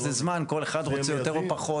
אם זה זמן - כל אחד רוצה יותר או פחות.